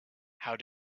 how